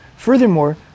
Furthermore